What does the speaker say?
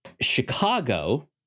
chicago